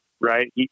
right